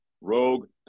Rogue